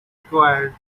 required